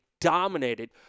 dominated